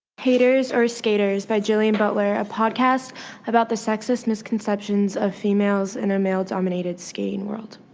haters or skaters by gillian butler a podcast about the sexist misconceptions of females in a male dominated skating world.